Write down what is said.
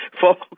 folks